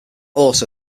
also